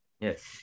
yes